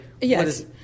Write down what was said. yes